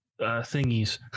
thingies